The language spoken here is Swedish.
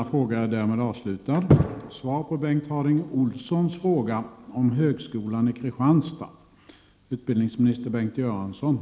Jag skall således se till att vi tar upp den frågan. 28 november 1989